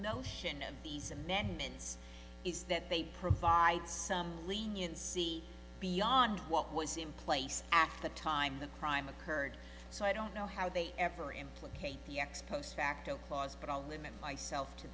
notion of these amendments is that they provide some leniency beyond what was in place after the time the crime occurred so i don't know how they ever implicate the ex post facto clause but i'll limit myself to